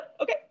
Okay